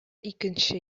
икенче